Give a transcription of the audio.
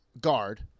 guard